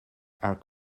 are